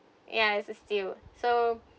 ya it's a steal so